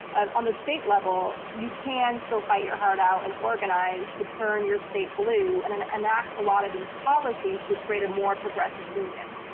and on the state level you can still fight your heart out and organize to turn your state blue and and enact a lot of these policies to create a more progressive union.